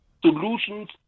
solutions